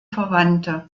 verwandte